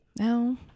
No